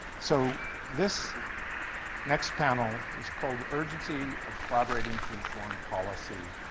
so, this next panel is called urgency of collaborating to inform policy